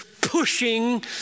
pushing